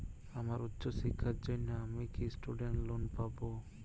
আমার উচ্চ শিক্ষার জন্য আমি কি স্টুডেন্ট লোন পাবো